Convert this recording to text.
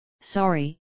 sorry